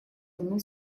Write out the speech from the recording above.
равно